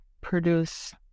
produce